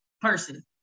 person